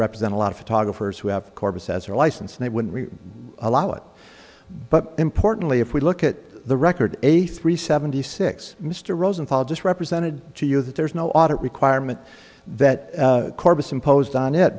represent a lot of photographers who have corpus as her license and they wouldn't allow it but importantly if we look at the record eighty three seventy six mr rosenthal just represented to you that there's no audit requirement that corpus imposed on it